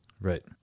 Right